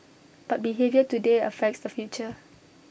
but behaviour today affects the future